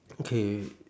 okay